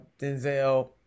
Denzel